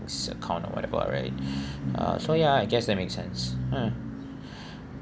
account or whatever right uh so ya I guess that makes sense mm